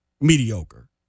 mediocre